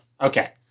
Okay